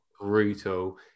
brutal